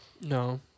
No